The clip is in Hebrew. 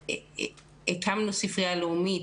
הקמנו ספרייה לאומית,